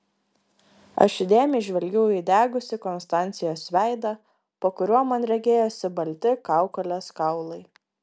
aš įdėmiai žvelgiau į įdegusį konstancijos veidą po kuriuo man regėjosi balti kaukolės kaulai